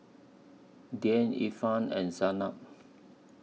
Dian Irfan and Zaynab